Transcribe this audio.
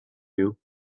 you